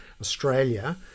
Australia